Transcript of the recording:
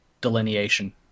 delineation